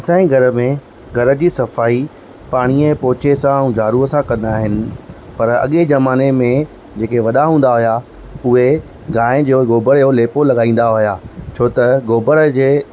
असांजे घर में घर जी सफ़ाई पाणीअ जे पोचे सां ऐं झाड़ूअ सां कंदा आहिनि पर अॻे ज़माने में जेके वॾा हूंदा हुया उहे गांइ जो गोबर जो लेपो लगाईंदा हुआ छो त गोबर जे